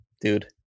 dude